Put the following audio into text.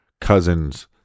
cousins